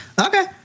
Okay